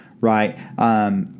right